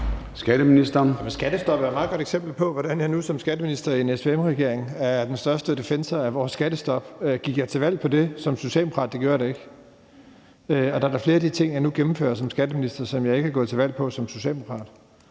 Skattestoppet er et meget godt eksempel på, hvordan jeg nu som skatteminister i en SVM-regering er den største defensor af vores skattestop. Gik jeg til valg på det som Socialdemokrat? Det gjorde jeg da ikke. Og der er da flere af de ting, jeg nu gennemfører som skatteminister, som jeg ikke er gået til valg på som Socialdemokrat.